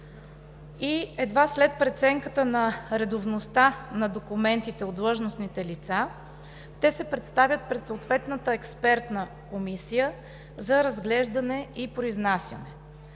Едва след преценката на редовността на документите от длъжностните лица те се представят пред съответната експертна комисия за разглеждане и произнасяне.